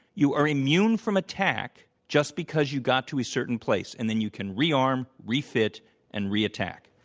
you are immune from attack just because you got to a certain place, and then you can rearm, refit and reattack.